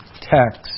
text